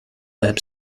web